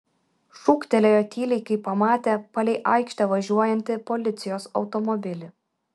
šūktelėjo tyliai kai pamatė palei aikštę važiuojantį policijos automobilį